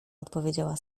odpowiedziała